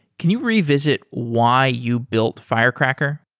can you revisit why you built firecracker?